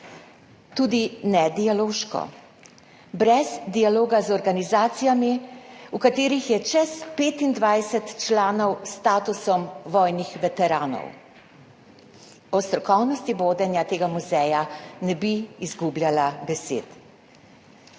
tudi nedialoško, brez dialoga z organizacijami, v katerih je čez 25 članov s statusom vojnih veteranov. O strokovnosti vodenja tega muzeja ne bi izgubljala besed.